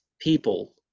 people